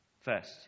First